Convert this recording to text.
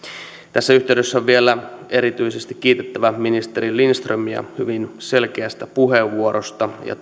tässä yhteydessä on vielä erityisesti kiitettävä ministeri lindströmiä hyvin selkeästä puheenvuorosta ja